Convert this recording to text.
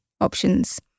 options